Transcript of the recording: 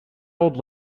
old